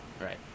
right